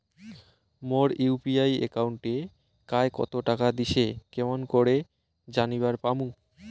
মোর UPI একাউন্টে কায় কতো টাকা দিসে কেমন করে জানিবার পামু?